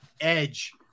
edge